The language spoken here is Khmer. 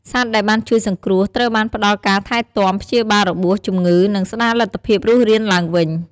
សត្វដែលបានជួយសង្គ្រោះត្រូវបានផ្តល់ការថែទាំ ព្យាបាលរបួស ជំងឺ និងស្តារលទ្ធភាពរស់រានឡើងវិញ។